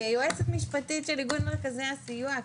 כיועצת משפטית של איגוד מרכזי הסיוע,